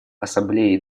ассамблеи